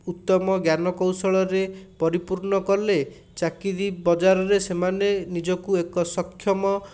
ଉତ୍ତମ ଜ୍ଞାନକୌଶଳରେ ପରିପୂର୍ଣ୍ଣ କଲେ ଚାକିରୀ ବଜାରରେ ସେମାନେ ନିଜକୁ ଏକ ସକ୍ଷମ